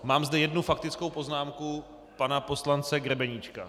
Mám zde jednu faktickou poznámku pana poslance Grebeníčka.